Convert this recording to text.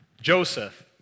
Joseph